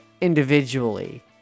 individually